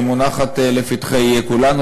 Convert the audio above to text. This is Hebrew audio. שמונחת לפתחי כולנו.